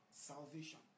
salvation